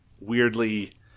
weirdly